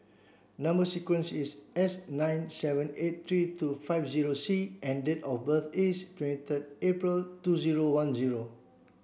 number sequence is S nine seven eight three two five zero C and date of birth is twenty third April two zero one zero